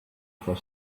for